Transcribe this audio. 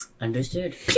Understood